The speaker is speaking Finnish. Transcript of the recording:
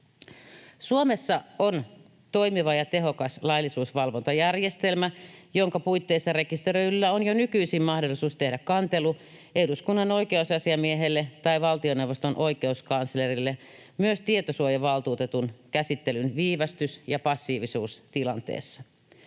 Suomessa on toimiva ja tehokas laillisuusvalvontajärjestelmä, jonka puitteissa rekisteröidyllä on jo nykyisin mahdollisuus tehdä kantelu eduskunnan oikeusasiamiehelle tai valtioneuvoston oikeuskanslerille myös tietosuojavaltuutetun käsittelyn viivästys- ja passiivisuustilanteessa.